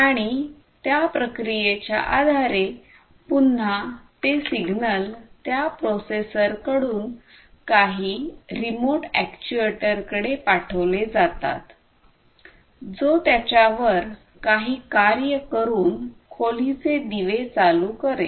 आणि त्या प्रक्रिये च्या आधारे पुन्हा ते सिग्नल त्या प्रोसेसर कडून काही रिमोट अॅक्ट्युएटरकडे पाठवले जातातजो त्याच्यावर काही कार्य करून खोलीचे दिवे चालू करेल